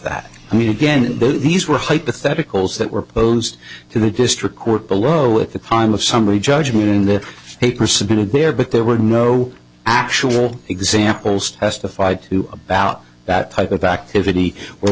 that i mean again these were hypotheticals that were posed to the district court below at the time of summary judgment in the paper submitted there but there were no actual examples testified to about that type of activity